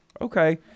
Okay